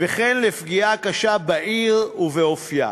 וכן לפגיעה קשה בעיר ובאופייה.